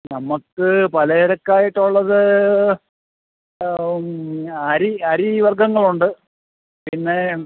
നമുക്ക് പലച്ചരക്കായിട്ടുള്ളത് അരി അരി വര്ഗ്ഗങ്ങളുണ്ട് പിന്നെ